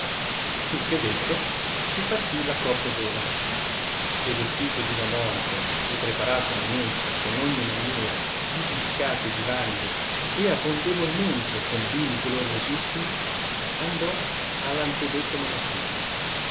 il che detto si partì l accorto giovane e vestitosi da monaco e preparata una mensa con ogni maniera di dilicate vivande e abbondevolmente con vini gloriosissmii andò all antedetto monasterio